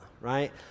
right